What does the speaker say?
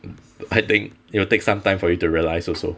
I think it will take some time for you to realise also